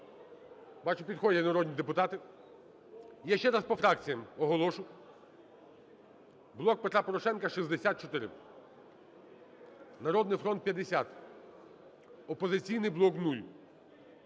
Бачу, підходять народні депутати. Я ще раз по фракціях оголошу. "Блок Петра Порошенка" – 64, "Народний фронт" – 50, "Опозиційний блок"